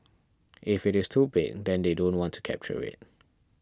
if it is too big then they don't want to capture it